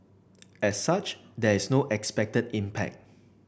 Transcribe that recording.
as such there is no expected impact